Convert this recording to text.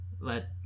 Let